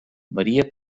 maria